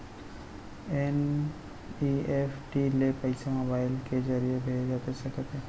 NEFT ले पइसा mobile के ज़रिए भेजे जाथे सकथे?